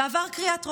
ועבר קריאה טרומית.